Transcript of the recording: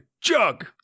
Jug